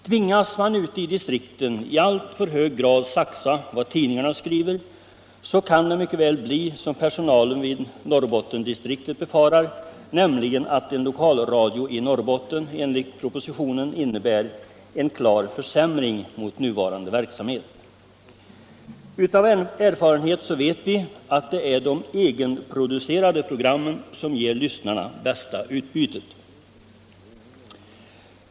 Tvingas man ute i distrikten i alltför hög grad att saxa vad tidningarna skriver kan det mycket väl bli, som personalen vid Norrbottensdistriktet befarar, nämligen att en lokalradio i Norrbotten enligt propositionen innebär en klar försämring i förhållande till nuvarande verksamhet. Av erfarenhet vet vi att det är de egenproducerade programmen som ger lyssnarna bästa utbytet.